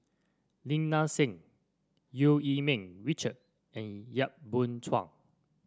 Lim Nang Seng Eu Yee Ming Richard and Yap Boon Chuan